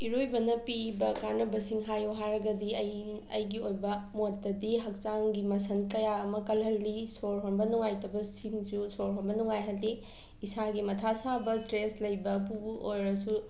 ꯏꯔꯣꯏꯕꯅ ꯄꯤꯕ ꯀꯥꯅꯕꯁꯤꯡ ꯍꯥꯏꯌꯣ ꯍꯥꯏꯔꯒꯗꯤ ꯑꯩ ꯑꯩꯒꯤ ꯑꯣꯏꯕ ꯃꯣꯠꯇꯗꯤ ꯍꯛꯆꯥꯡꯒꯤ ꯃꯁꯁꯜ ꯀꯌꯥ ꯑꯃ ꯀꯜꯍꯜꯂꯤ ꯁꯣꯔ ꯍꯣꯟꯕ ꯅꯨꯉꯥꯏꯇꯕꯁꯤꯡꯁꯨ ꯁꯣꯔ ꯍꯣꯟꯕ ꯅꯨꯡꯉꯥꯏꯍꯜꯂꯤ ꯏꯁꯥꯒꯤ ꯃꯊꯥ ꯁꯥꯕ ꯁ꯭ꯇ꯭ꯔꯦꯁ ꯂꯩꯕꯕꯨ ꯑꯣꯏꯔꯁꯨ